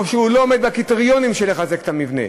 או שזה לא עומד בקריטריונים של חיזוק המבנה.